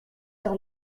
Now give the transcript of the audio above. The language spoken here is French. sur